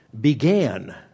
began